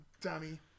Dummy